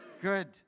Good